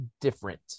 different